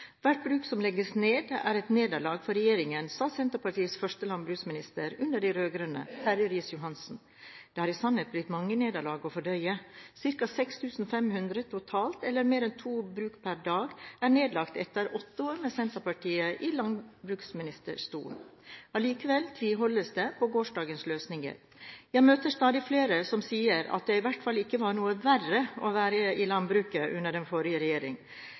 Hvert bruk som legges ned, er et nederlag for regjeringen, sa Senterpartiets første landbruksminister under de rød-grønne, Terje Riis-Johansen. Det har i sannhet blitt mange nederlag å fordøye. Ca. 6 500 totalt, eller mer enn to bruk per dag, er nedlagt etter åtte år med Senterpartiet i landbruksministerstolen. Allikevel tviholdes det på gårsdagens løsninger. Jeg møter stadig flere som sier at det i hvert fall ikke var noe verre å være i landbruket under den forrige regjering.